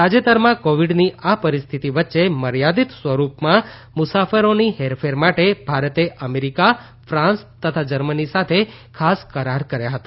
તાજેતરમાં કોવીડની આ પરિસ્થિતિ વચ્ચે મર્યાદીત સ્વરૂપમાં મુસાફરોની હેરફેર માટે ભારતે અમેરીકા ફ્રાંસ તથા જર્મની સાથે ખાસ કરાર કર્યા હતા